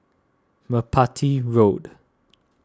Merpati Road